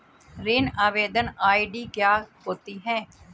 ऋण आवेदन आई.डी क्या होती है?